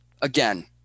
Again